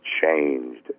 changed